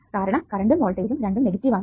കാരണം കറണ്ടും വോൾടേജ്ജും രണ്ടും നെഗറ്റീവ് ആണ്